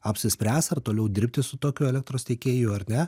apsispręs ar toliau dirbti su tokiu elektros tiekėju ar ne